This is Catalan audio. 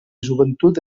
joventut